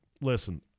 Listen